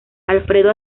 alfredo